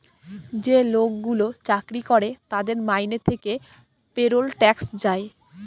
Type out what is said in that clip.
যে লোকগুলো চাকরি করে তাদের মাইনে থেকে পেরোল ট্যাক্স যায়